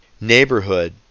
neighborhood